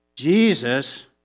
Jesus